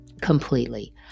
Completely